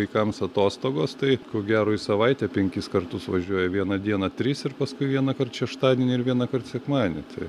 vaikams atostogos tai ko gero į savaitę penkis kartus važiuoja vieną dieną tris ir paskui vienąkart šeštadienį ir vienąkart sekmadienį tai